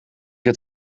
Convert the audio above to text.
het